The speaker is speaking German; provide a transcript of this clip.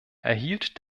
erhielt